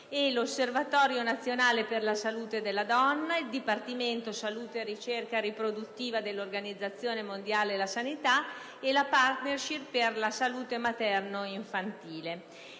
e l'Osservatorio nazionale per la salute della donna, il Dipartimento salute e ricerca riproduttiva dell'Organizzazione mondiale della sanità e la *partnership* per la salute materno-infantile.